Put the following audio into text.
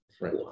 right